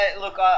Look